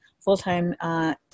full-time